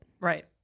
Right